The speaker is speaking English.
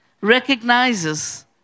recognizes